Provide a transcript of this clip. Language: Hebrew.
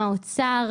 האוצר,